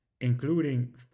including